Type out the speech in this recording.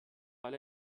weil